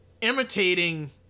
imitating